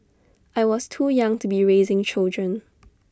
I was too young to be raising children